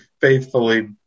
faithfully